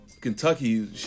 Kentucky